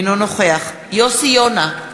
אינו נוכח יוסי יונה,